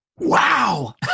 wow